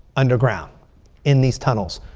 underground in these tunnels.